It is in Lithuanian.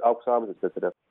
aukso amžių teatre